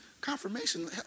confirmation